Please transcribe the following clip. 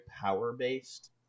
power-based